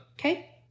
Okay